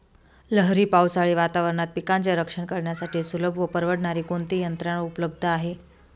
लहरी पावसाळी वातावरणात पिकांचे रक्षण करण्यासाठी सुलभ व परवडणारी कोणती यंत्रणा उपलब्ध आहे?